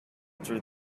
through